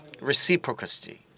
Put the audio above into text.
reciprocity